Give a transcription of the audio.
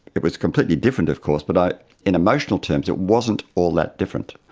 it was completely different of course, but in emotional terms it wasn't all that different.